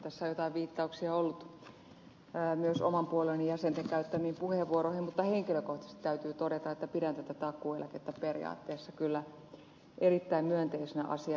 tässä on jotain viittauksia ollut myös oman puolueeni jäsenten käyttämiin puheenvuoroihin mutta henkilökohtaisesti täytyy todeta että pidän tätä takuueläkettä periaatteessa kyllä erittäin myönteisenä asiana